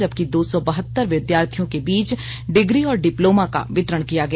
जबकि दो सौ बहतर विधार्थियों के बीच डिग्री और डिप्लोमा का वितरण किया गया